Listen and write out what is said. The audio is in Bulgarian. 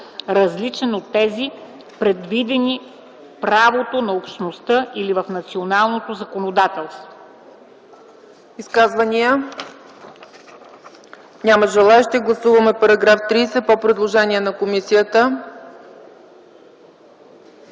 различни от тези, предвидени в правото на Общността или в националното законодателство.”